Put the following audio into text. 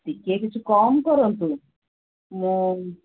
ଟିକେ କିଛି କମ୍ କରନ୍ତୁ ମୁଁ